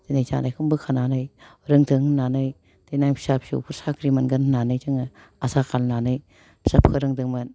जोंनि जानायखौनो बोखानानै रोंथों होननानै देनां फिसा फिसौफोर साख्रि मोनगोन होनानै जोङो आसा खालायनानै फिसा फोरोंदोंमोन